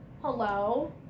hello